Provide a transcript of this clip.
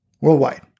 worldwide